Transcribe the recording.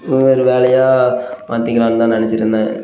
இது ஒரு வேலையாக மாத்திக்கலான் தான் நினச்சிட்டு இருந்தேன்